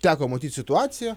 teko matyt situaciją